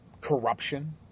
corruption